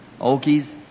Okies